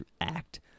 act